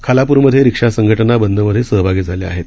खालापूरमध्येरिक्षासंघटनाबंदमध्येसहभागीझाल्याआहेत